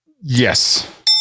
Yes